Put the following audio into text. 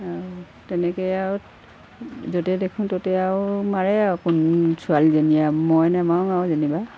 আৰু তেনেকৈ আৰু য'তে দেখোঁ ত'তে আৰু মাৰে আৰু কোন ছোৱালীজনীয়ে মই নামাৰো আৰু যেনিবা